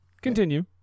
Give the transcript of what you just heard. Continue